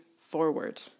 forward